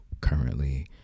currently